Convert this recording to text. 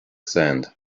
sand